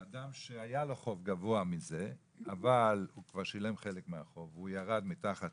שאדם שהיה לו חוב גבוה מזה אבל הוא כבר שילם חלק מהחוב והוא ירד מתחת